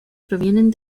provienen